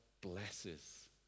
blesses